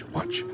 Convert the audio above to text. Watch